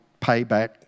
payback